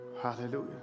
Hallelujah